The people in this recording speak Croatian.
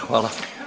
Hvala.